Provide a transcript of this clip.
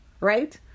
right